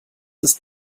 ist